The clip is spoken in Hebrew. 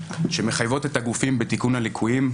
שמחייבות את הגופים בתיקון הליקויים,